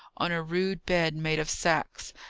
on a rude bed made of sacks,